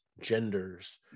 genders